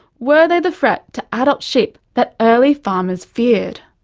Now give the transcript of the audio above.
were they the threat to adult sheep that early farmers feared?